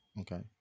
Okay